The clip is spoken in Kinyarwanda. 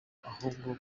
ahubwo